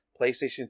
PlayStation